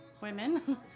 women